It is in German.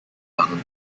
waren